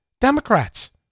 Democrats